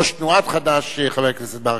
ראש תנועת חד"ש, חבר הכנסת ברכה.